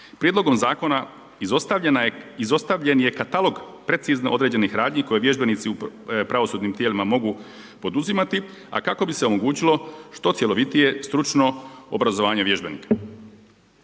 Prijedlogom zakona izostavljen je katalog precizno određenih radnji koje vježbenici u pravosudnim tijelima mogu poduzimati a kako bi se omogućilo što cjelovitije stručno obrazovanje vježbenika.